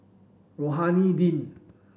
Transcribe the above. Rohani Din